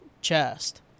chest